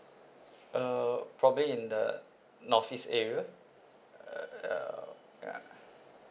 uh probably in the north east area uh ya ya